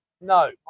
no